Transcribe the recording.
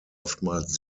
oftmals